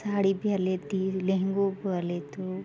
साड़ी बि हले थी लहंगो बि हले थो